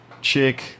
chick